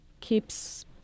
keeps